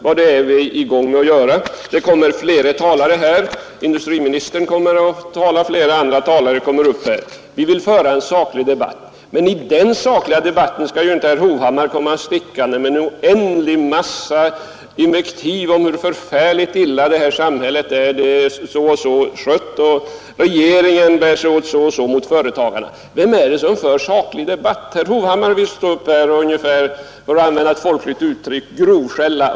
Och därom kommer industriministern och flera andra att tala. Vi vill alltså föra en saklig debatt. Men i den skall inte herr Hovhammar komma stickande med en oändlig mängd invektiv om hur förfärligt illa samhället sköts, att regeringen bär sig åt så och så mot företagarna. Vem är det egentligen som för en saklig debatt? Herr Hovhammar ställer sig upp och — för att använda ett folkligt uttryck — grovskäller.